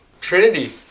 Trinity